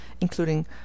including